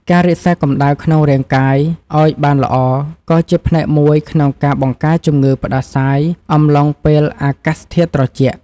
ការរក្សាកម្ដៅក្នុងរាងកាយឱ្យបានល្អក៏ជាផ្នែកមួយក្នុងការបង្ការជំងឺផ្តាសាយអំឡុងពេលអាកាសធាតុត្រជាក់។